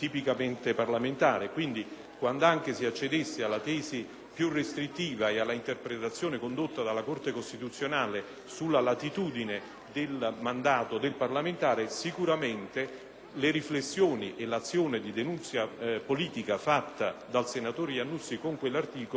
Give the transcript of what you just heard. più restrittiva e all'interpretazione condotta dalla Corte costituzionale sulla latitudine del mandato del parlamentare, sicuramente le riflessioni e l'azione di denunzia politica fatta dal senatore Iannuzzi con quell'articolo sono certamente riferibili ad un atto parlamentare di cui egli